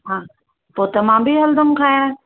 हा पोइ त मां बि हलंदमि खाइण